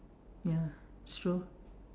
ya it's true